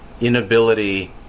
inability